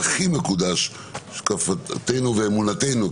השקפתנו ואמונתנו,